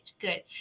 Good